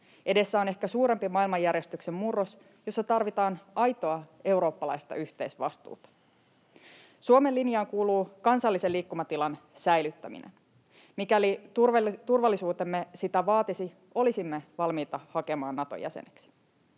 Edessä on ehkä suurempi maailmanjärjestyksen murros, jossa tarvitaan aitoa eurooppalaista yhteisvastuuta. Suomen linjaan kuuluu kansallisen liikkumatilan säilyttäminen. Mikäli turvallisuutemme sitä vaatisi, olisimme valmiita hakemaan Naton jäseneksi.